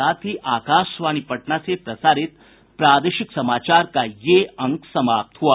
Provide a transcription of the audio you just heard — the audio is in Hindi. इसके साथ ही आकाशवाणी पटना से प्रसारित प्रादेशिक समाचार का ये अंक समाप्त हुआ